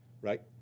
Right